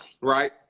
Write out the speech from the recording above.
right